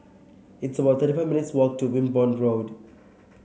it's about thirty five minutes' walk to Wimborne Road